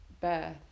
birth